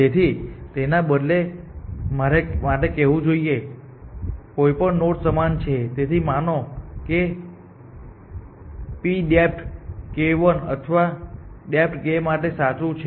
તેથી તેના બદલે મારે કહેવું જોઈએ કે કોઈ પણ નોડ સમાન છે તેથી માનો કે p ડેપ્થ k 1 અથવા ડેપ્થ k માટે સાચું છે